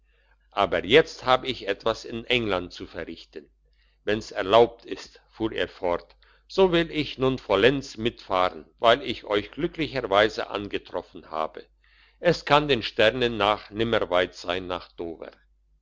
aber jetzt hab ich etwas in england zu verrichten wenn's erlaubt ist fuhr er fort so will ich nun vollends mitfahren weil ich euch glücklicherweise angetroffen habe es kann den sternen nach nimmer weit sein nach dover